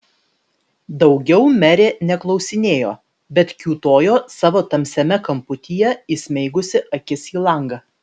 daugiau merė neklausinėjo bet kiūtojo savo tamsiame kamputyje įsmeigusi akis į langą